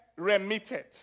remitted